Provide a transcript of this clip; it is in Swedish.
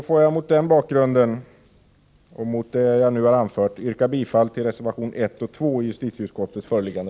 Får jag mot bakgrund av vad jag anfört yrka bifall till